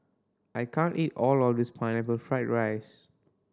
I can't eat all of this pineapple fry rice